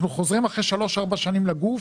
אנחנו חוזרים אחרי שלוש-ארבע שנים לגוף,